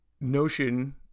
Notion